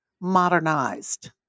modernized